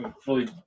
fully